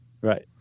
Right